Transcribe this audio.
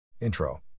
Intro